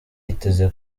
yiteze